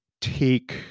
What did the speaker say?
take